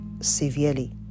severely